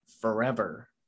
forever